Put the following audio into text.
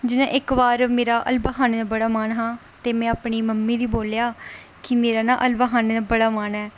जि'यां इक्क बार मेरा हल्वा खाने दा बड़ा मन हा ते में अपनी मम्मी गी बोल्लेआ कि मेरा ना हल्वा खानै दा बड़ा मन ऐ